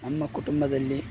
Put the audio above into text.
ನಮ್ಮ ಕುಟುಂಬದಲ್ಲಿ